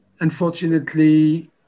unfortunately